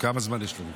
כמה זמן יש לנו פה?